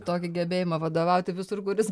tokį gebėjimą vadovauti visur kur jis